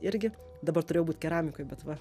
irgi dabar turėjau būt keramikoj bet va